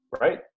right